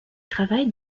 travaille